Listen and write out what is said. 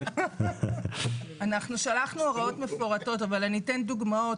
אנחנו שלחנו הוראות מפורטות, אבל אני אתן דוגמאות.